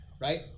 right